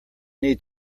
need